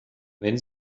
wenn